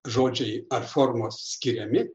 žodžiai ar formos skiriami